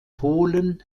polen